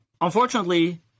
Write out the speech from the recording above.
Unfortunately